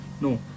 no